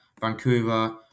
Vancouver